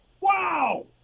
Wow